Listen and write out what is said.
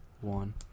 one